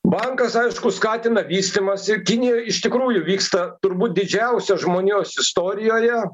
bankas aišku skatina vystymąsi kinijoj iš tikrųjų vyksta turbūt didžiausia žmonijos istorijoje